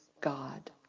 God